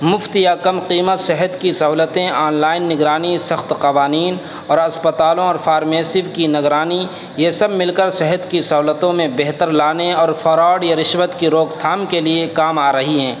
مفت یا کم قیمت صحت کی سہولتیں آن لائن نگرانی سخت قوانین اور اسپتالوں اور فارمیسوں کی نگرانی یہ سب مل کر صحت کی سہولتوں میں بہتر لانے اور فراڈ یا رشوت کی روک تھا کے لیے کام آ رہی ہیں